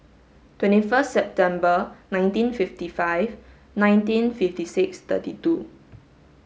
twenty first September nineteen fifty five nineteen fifty six thirty two